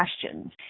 questions